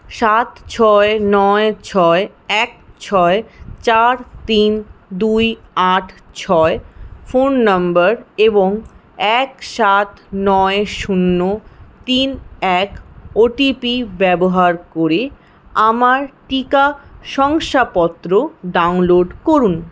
সাত ছয় নয় ছয় এক ছয় চার তিন দুই আট ছয় ফোন নম্বর এবং এক সাত নয় শূন্য তিন এক ওটিপি ব্যবহার করে আমার টিকা শংসাপত্র ডাউনলোড করুন